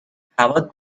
هوا